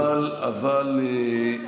בהסכמים הקואליציוניים כתוב הפוך.